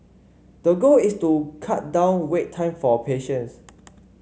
the goal is to cut down wait time for patients